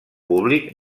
públic